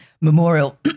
memorial